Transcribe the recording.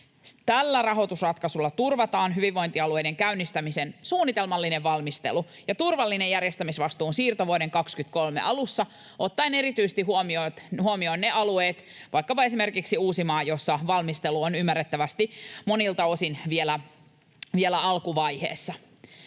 Tällä rahoitusratkaisulla turvataan hyvinvointialueiden käynnistämisen suunnitelmallinen valmistelu ja turvallinen järjestämisvastuun siirto vuoden 23 alussa ottaen erityisesti huomioon ne alueet, vaikkapa esimerkiksi Uusimaa, joilla valmistelu on ymmärrettävästi monilta osin vielä alkuvaiheessa.